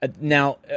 Now